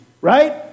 right